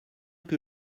que